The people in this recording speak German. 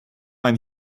man